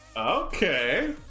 Okay